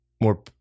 more